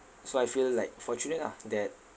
so I feel like fortunate ah that